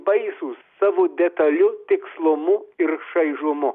netgi baisūs savo detaliu tikslumu ir šaižumu